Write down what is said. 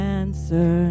answer